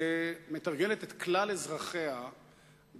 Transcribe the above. למיטב ידיעתי, שמתרגלת את כלל אזרחיה בהתגוננות